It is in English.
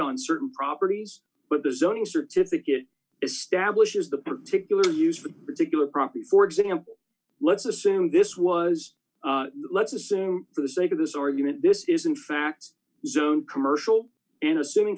on certain properties but the zoning certificate establishes the particular use for the particular property for example let's assume this was let's assume for the sake of this argument this isn't facts zone commercial and assuming